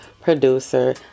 producer